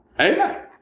Amen